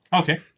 Okay